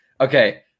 okay